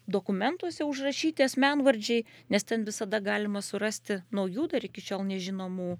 dokumentuose užrašyti asmenvardžiai nes ten visada galima surasti naujų dar iki šiol nežinomų